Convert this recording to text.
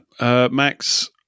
Max